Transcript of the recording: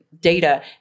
data